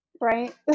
right